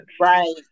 Right